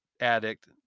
addict